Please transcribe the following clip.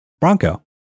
Bronco